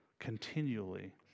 continually